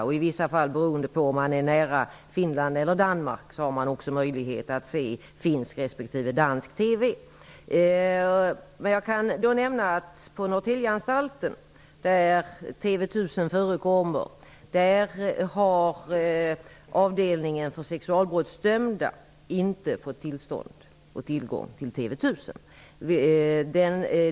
I vissa fall, beroende på om anstalterna ligger nära Finland eller Danmark, finns också möjlighet att se finsk respektive dansk TV. Jag kan nämna att avdelningen för sexualbrottsdömda på Norrtäljeanstalten, där TV 1000 förekommer, inte har fått tillgång till TV 1000.